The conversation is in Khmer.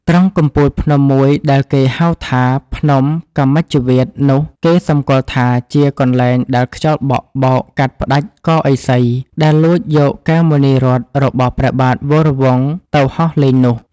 ត្រង់កំពូលភ្នំមួយដែលគេហៅថា ភ្នំកម្មជ្ជវាតនោះ គេសំគាល់ថា ជាកន្លែងដែលខ្យល់បក់ បោកកាត់ផ្តាច់កឥសី ដែលលួចយកកែវមណីរត្នរបស់ព្រះបាទវរវង្ស ទៅហោះលេងនោះ ។